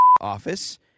Office